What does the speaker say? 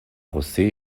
josé